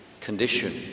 condition